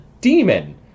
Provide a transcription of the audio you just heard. demon